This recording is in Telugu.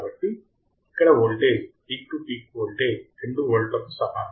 కాబట్టి ఇక్కడ voltage peak to peak voltage 2 వోల్ట్లకు సమానం